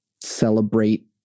celebrate